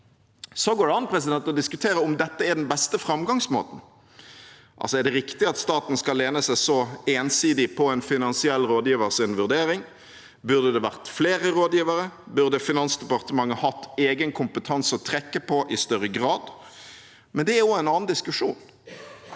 Så går det an å diskutere om dette er den beste framgangsmåten. Altså: Er det riktig at staten skal lene seg så ensidig på en finansiell rådgivers vurdering? Burde det vært flere rådgivere? Burde Finansdepartementet hatt egen kompetanse å trekke på i større grad? Det er en annen diskusjon.